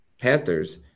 Panthers